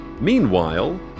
Meanwhile